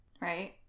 right